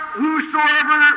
whosoever